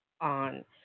on